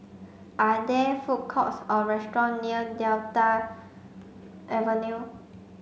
are there food courts or restaurant near Delta Avenue